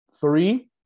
three